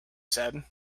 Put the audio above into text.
said